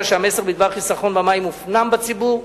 שהמסר בדבר חיסכון במים הופנם בציבור,